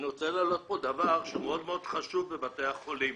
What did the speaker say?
אני רוצה להעלות פה דבר שהוא מאוד מאוד חשוב בבתי החולים.